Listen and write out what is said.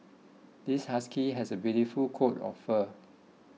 this husky has a beautiful coat of fur